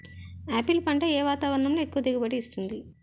Apple పంట ఏ వాతావరణంలో ఎక్కువ దిగుబడి ఇస్తుంది?